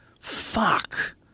Fuck